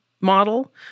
model